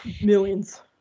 millions